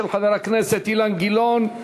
של חבר הכנסת אילן גילאון: